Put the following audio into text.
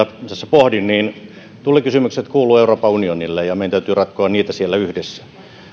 pohdin niin tullikysymykset kuuluvat euroopan unionille ja meidän täytyy ratkoa niitä siellä yhdessä